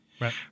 Right